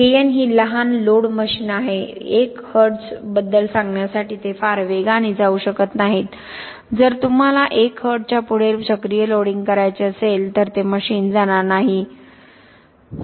kN ही लहान load machine आहेत 1 Hz बद्दल सांगण्यासाठी ते फार वेगाने जाऊ शकत नाहीत जर तुम्हाला 1 Hz च्या पुढे चक्रीय लोडिंग करायचे असेल तर हे मशीन जाणार नाही